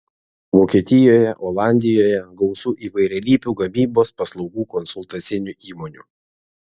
vokietijoje olandijoje gausu įvairialypių gamybos paslaugų konsultacinių įmonių